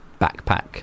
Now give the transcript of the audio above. backpack